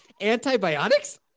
Antibiotics